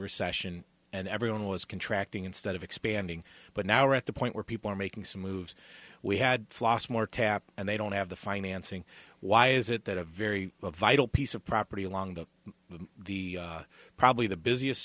recession and everyone was contract ing instead of expanding but now we're at the point where people are making some moves we had last more tap and they don't have the financing why is it that a very vital piece of property along with the probably the busiest